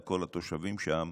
על כל התושבים שם,